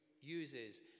uses